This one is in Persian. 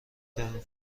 ترین